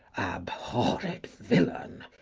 abhorred villain!